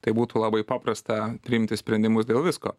tai būtų labai paprasta priimti sprendimus dėl visko